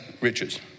riches